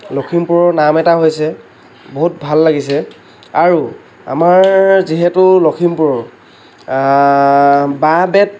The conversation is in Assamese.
লখিমপুৰৰ নাম এটা হৈছে বহুত ভাল লাগিছে আৰু আমাৰ যিহেতু লখিমপুৰৰ বাঁহ বেত